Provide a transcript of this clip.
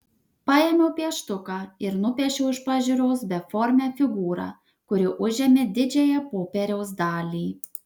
paėmiau pieštuką ir nupiešiau iš pažiūros beformę figūrą kuri užėmė didžiąją popieriaus dalį